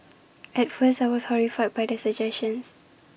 at first I was horrified by the suggestion